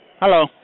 Hello